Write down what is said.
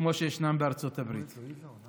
כמו שיש בארצות הברית.